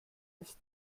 ist